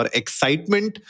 excitement